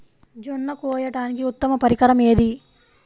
జొన్న కోయడానికి ఉత్తమ పరికరం ఏది?